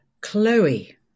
Chloe